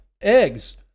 eggs